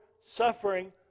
suffering